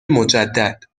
مجدد